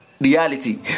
reality